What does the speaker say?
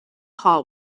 hall